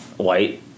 White